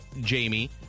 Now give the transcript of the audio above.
Jamie